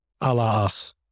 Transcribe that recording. Alas